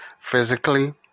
physically